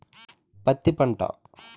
పత్తి పంట